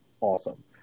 awesome